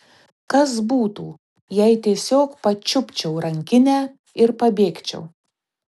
kas būtų jei tiesiog pačiupčiau rankinę ir pabėgčiau